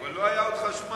אבל לא היה עוד חשמל.